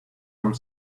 armed